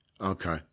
Okay